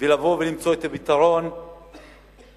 ולבוא ולמצוא את הפתרון המיידי,